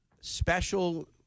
Special